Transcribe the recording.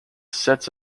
sets